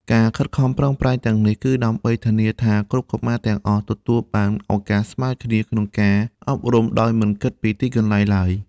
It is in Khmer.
ការខិតខំប្រឹងប្រែងទាំងនេះគឺដើម្បីធានាថាគ្រប់កុមារទាំងអស់ទទួលបានឱកាសស្មើគ្នាក្នុងការអប់រំដោយមិនគិតពីទីកន្លែងឡើយ។